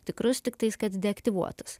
tikrus tiktais kad deaktyvuotus